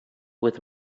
with